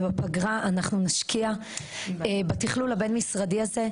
ובפגרה אנחנו נשקיע בתכלול הבין-משרדי הזה.